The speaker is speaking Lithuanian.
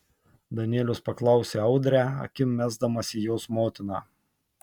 danielius paklausė audrę akim mesdamas į jos motiną